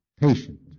patient